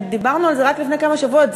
ודיברנו על זה רק לפני כמה שבועות,